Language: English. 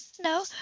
No